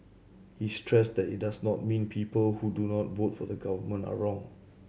he stressed that it does not mean people who do not vote for the Government are wrong